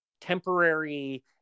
temporary